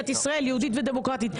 למדינת ישראל יהודית ודמוקרטית.